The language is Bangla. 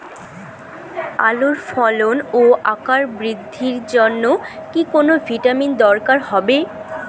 আলুর ফলন ও আকার বৃদ্ধির জন্য কি কোনো ভিটামিন দরকার হবে?